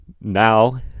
now